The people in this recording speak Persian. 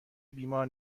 بیمار